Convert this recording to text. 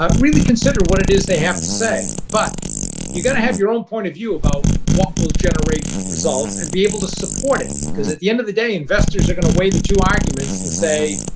um really consider what it is they have to say, but you've got to have your own point of view about what will generate results and be able to support it because, at the end of the day, investors are going to weigh the two arguments and say,